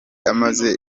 amaze